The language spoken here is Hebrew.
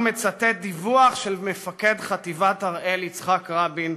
שבה הוא מצטט דיווח של מפקד חטיבת הראל יצחק רבין,